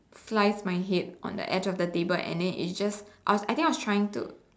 slice my head on the edge of the table and then it just I think I think I was trying to